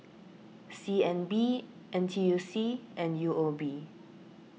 C N B N T U C and U O B